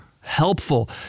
helpful